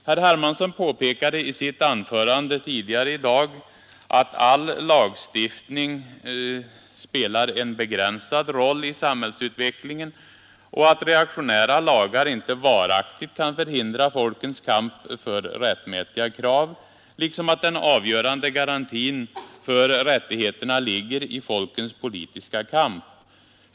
Herr Hermansson påpekade i sitt anförande tidigare i dag att all lagstiftning spelar en begränsad roll i samhällsutvecklingen och att reaktionära lagar inte varaktigt kan förhindra folkens kamp för rättmätiga krav, liksom att den avgörande garantin för rättigheterna ligger i folkens politiska kamp.